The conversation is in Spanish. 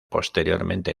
posteriormente